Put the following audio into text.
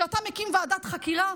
כשאתה מקים ועדת חקירה,